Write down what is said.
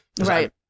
Right